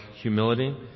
humility